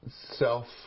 self